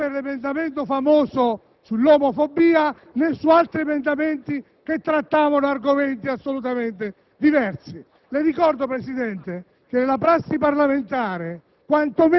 famoso emendamento sull'omofobia, né per altri emendamenti che trattavano argomenti assolutamente diversi. Le ricordo, Presidente, che nella prassi parlamentare